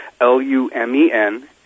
L-U-M-E-N